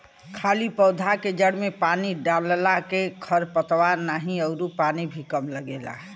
खाली पौधा के जड़ में पानी डालला के खर पतवार नाही अउरी पानी भी कम लगेला